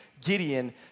Gideon